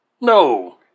No